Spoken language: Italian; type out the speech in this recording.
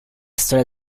storia